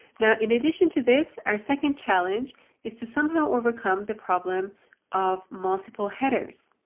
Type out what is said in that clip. now in addition to this, our second challenge is to somehow overcome the problem of multiple headers.